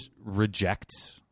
reject